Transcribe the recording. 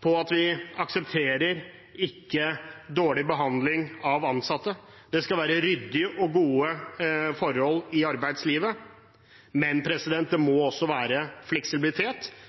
på at vi ikke aksepterer dårlig behandling av ansatte. Det skal være ryddige og gode forhold i arbeidslivet, men det må også være fleksibilitet,